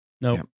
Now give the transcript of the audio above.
No